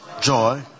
Joy